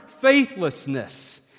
faithlessness